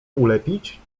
ulepić